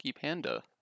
panda